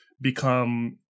become